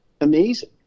amazing